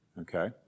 Okay